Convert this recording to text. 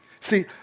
See